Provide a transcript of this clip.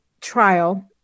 trial